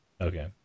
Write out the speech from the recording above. Okay